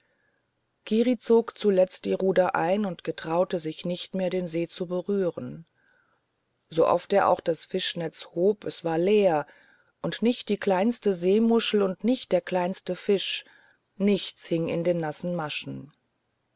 kiri zog zuletzt die ruder ein und getraute sich nicht mehr den see zu berühren so oft er auch das fischnetz hob es war leer und nicht die kleinste seemuschel und nicht der kleinste fisch nichts hing in den nassen maschen